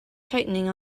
tightening